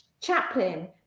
Chaplin